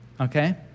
Okay